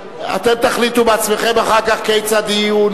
אנו מצביעים על הצעת החוק של חבר הכנסת אורלב.